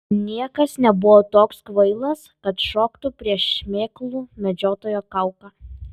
niekas nebuvo toks kvailas kad šoktų prieš šmėklų medžiotojo kauką